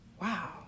Wow